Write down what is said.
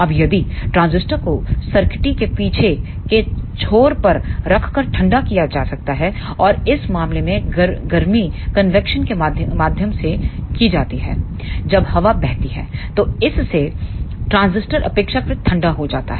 अब यदि ट्रांजिस्टर को सर्किट्री के पीछे के छोर पर रखकर ठंडा किया जा सकता है और इस मामले में गर्मी कन्वैक्शन के माध्यम से जाती है जब हवा बहती है तो इससे ट्रांजिस्टर अपेक्षाकृत ठंडा हो जाता है